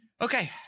Okay